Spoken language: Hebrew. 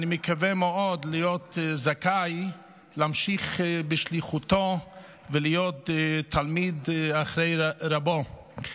אני מקווה מאוד להיות זכאי להמשיך בשליחותו ולהיות תלמיד אחרי רבו.